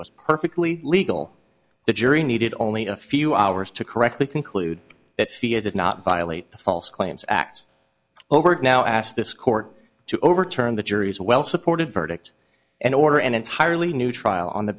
was perfectly legal the jury needed only a few hours to correctly conclude that fia did not violate the false claims act over and now ask this court to overturn the jury's well supported verdict and order an entirely new trial on the